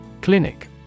Clinic